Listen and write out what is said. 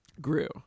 grew